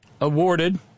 awarded